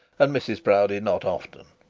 and mrs proudie not often.